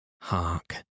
Hark